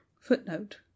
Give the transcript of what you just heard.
Footnote